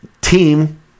team